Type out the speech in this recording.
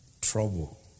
trouble